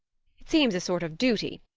it seems a sort of duty.